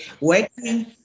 working